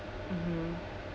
mmhmm